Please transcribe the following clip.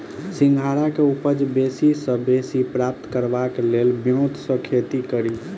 सिंघाड़ा केँ उपज बेसी सऽ बेसी प्राप्त करबाक लेल केँ ब्योंत सऽ खेती कड़ी?